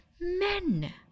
men